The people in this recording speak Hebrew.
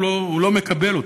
לא מקבל?